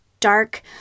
Dark